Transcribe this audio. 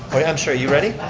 i'm sorry, are you ready?